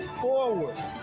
forward